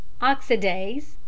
oxidase